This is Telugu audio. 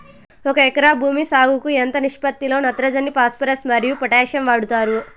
ఒక ఎకరా భూమి సాగుకు ఎంత నిష్పత్తి లో నత్రజని ఫాస్పరస్ మరియు పొటాషియం వాడుతారు